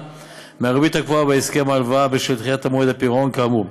מהריבית הקבועה בהסכם ההלוואה בשל דחיית מועד הפירעון כאמור.